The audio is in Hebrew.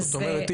זאת אומרת,